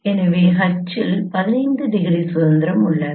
எனவே H ல் 15 degree சுதந்திரம் உள்ளது